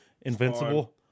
Invincible